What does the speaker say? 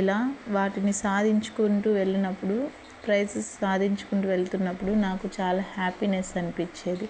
ఇలా వాటిని సాధించుకుంటూ వెళ్ళినప్పుడు ప్రైసస్ సాధించుకుంటూ వెళుతున్నప్పుడు నాకు చాలా హ్యాపీనెస్ అనిపించేది